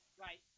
Right